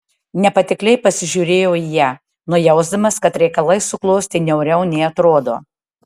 nepatikliai pasižiūrėjau į ją nujausdamas kad reikalai suklostė niauriau nei atrodo